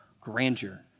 grandeur